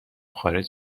خارج